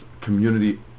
community